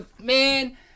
man